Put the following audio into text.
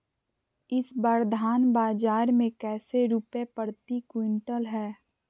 इस बार धान बाजार मे कैसे रुपए प्रति क्विंटल है?